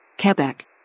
Quebec